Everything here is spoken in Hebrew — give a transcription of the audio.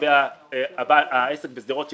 לגבי העסק בשדרות שנפגע,